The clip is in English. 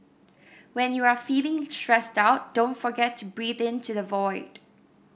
when you are feeling stressed out don't forget to breathe into the void